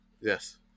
Yes